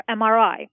MRI